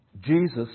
Jesus